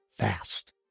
fast